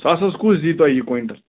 ساسَس کُس دِی تۄہہِ یہِ کۄینٛٹَل